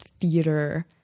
theater